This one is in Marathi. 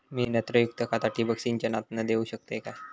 मी नत्रयुक्त खता ठिबक सिंचनातना देऊ शकतय काय?